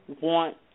want